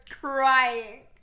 crying